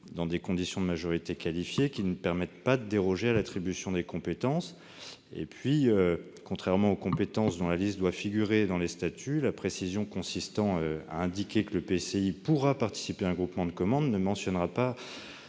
dans des conditions de majorité qualifiée ne permettent pas davantage de déroger à l'attribution des compétences. Contrairement aux compétences dont la liste doit figurer dans les statuts, la précision consistant à indiquer que l'EPCI pourra participer à un groupement de commandes ne mentionnerait pas